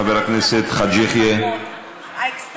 חבר הכנסת חאג' יחיא, בבקשה.